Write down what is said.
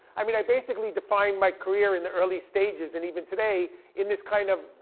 i mean i basically defined my career in the early stages, and even today, in this kind of,